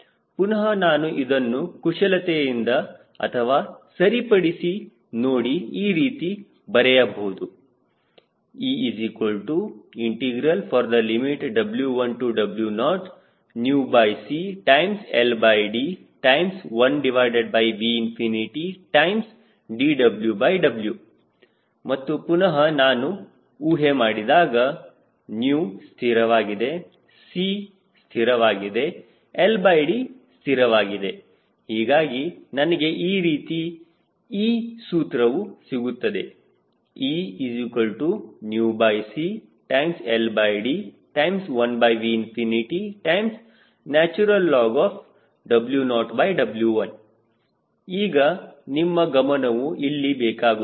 ಪುನಹ ನಾನು ಇದನ್ನು ಕುಶಲತೆಯಿಂದ ಅಥವಾ ಸರಿಪಡಿಸಿ ನೋಡಿ ಈ ರೀತಿ ಮರೆಯಬಹುದು EW1W0CLD1VdWW ಮತ್ತು ಪುನಹ ನಾನು ಊಹೆ ಮಾಡಿದಾಗ η ಸ್ಥಿರವಾಗಿದೆ C ಸ್ಥಿರವಾಗಿದೆ LDಸ್ಥಿರವಾಗಿದೆ ಹೀಗಾಗಿ ನನಗೆ ಈ ರೀತಿ E ಸೂತ್ರವು ಸಿಗುತ್ತದೆ ECLD1VlnW0W1 ಈಗ ನಿಮ್ಮ ಗಮನವೂ ಇಲ್ಲಿ ಬೇಕಾಗುತ್ತದೆ